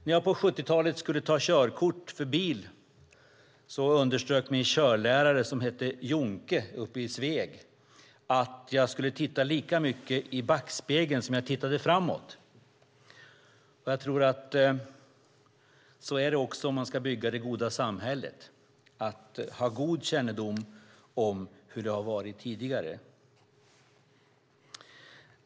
När jag på 70-talet skulle ta körkort för bil underströk min körlärare, som hette Jonke, uppe i Sveg att jag skulle titta lika mycket i backspegeln som jag tittade framåt. Jag tror att det är likadant om man ska bygga det goda samhället. Det gäller att ha god kännedom om hur det har varit tidigare.